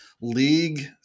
league